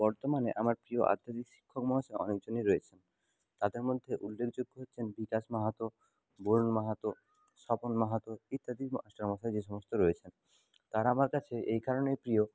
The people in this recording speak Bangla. বর্তমানে আমার প্রিয় আধ্যাত্মিক শিক্ষক মহাশয় অনেকজনই রয়েছেন তাদের মধ্যে উল্লেখযোগ্য হচ্ছেন বিকাশ মাহাতো বরুণ মাহাতো স্বপন মাহাতো ইত্যাদি মাস্টার মশাই যে সমস্ত রয়েছেন তারা আমার কাছে এই কারণেই প্রিয়